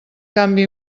canvi